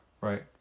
Right